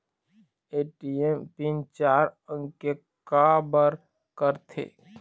ATM PIN चार अंक के का बर करथे?